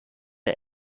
der